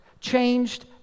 changed